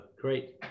great